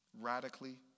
Radically